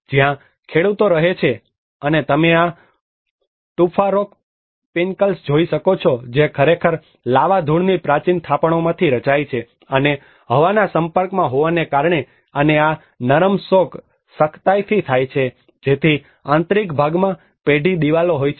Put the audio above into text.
જ્યાં ઘણાં ખેડુતો રહે છે અને તમે આ ટુફા રોક પિનકલ્સ જોઈ શકો છો જે ખરેખર લાવા ધૂળની પ્રાચીન થાપણોમાંથી રચાય છે અને હવાના સંપર્કમાં હોવાને કારણે અને આ નરમ રોક સખ્તાઇથી થાય છે જેથી આંતરિક ભાગમાં પેઢી દિવાલો હોય છે